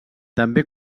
també